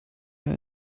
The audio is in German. mehr